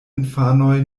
infanoj